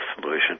solution